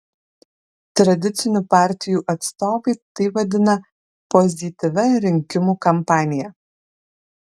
tradicinių partijų atstovai tai vadina pozityvia rinkimų kampanija